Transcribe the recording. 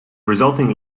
resulting